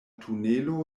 tunelo